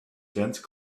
dense